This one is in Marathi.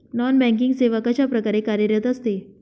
नॉन बँकिंग सेवा कशाप्रकारे कार्यरत असते?